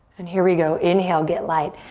and here we go, inhale, get light.